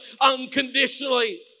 unconditionally